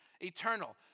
eternal